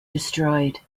destroyed